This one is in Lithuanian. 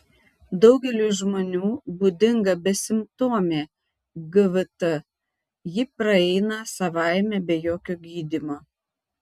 daugeliui žmonių būdinga besimptomė gvt ji praeina savaime be jokio gydymo